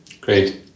Great